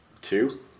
Two